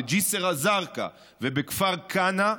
בג'יסר א-זרקא ובכפר כנא,